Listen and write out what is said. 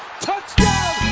touchdown